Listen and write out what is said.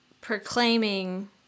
proclaiming